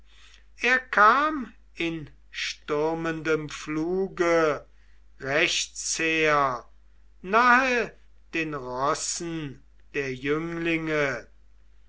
er kam in stürmendem fluge rechtsher nahe den rossen der jünglinge